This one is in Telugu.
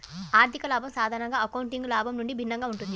ఆర్థిక లాభం సాధారణంగా అకౌంటింగ్ లాభం నుండి భిన్నంగా ఉంటుంది